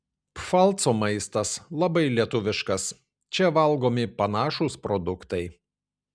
pfalco maistas labai lietuviškas čia valgomi panašūs produktai